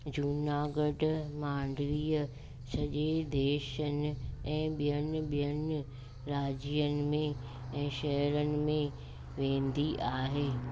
जूनागढ़ मानडवीअ सॼे देशनि ऐं ॿियनि ॿियनि राज्यनि में ऐं शहरनि में वेंदी आहे